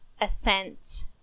assent